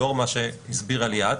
לאור מה שהסבירה ליאת,